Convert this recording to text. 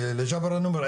לג'בר אני אומר,